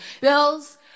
Bills